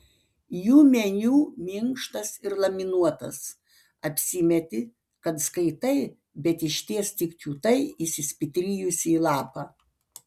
jų meniu minkštas ir laminuotas apsimeti kad skaitai bet išties tik kiūtai įsispitrijusi į lapą